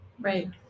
Right